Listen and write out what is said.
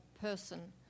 person